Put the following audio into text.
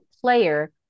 player